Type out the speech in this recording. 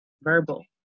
verbal